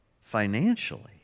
financially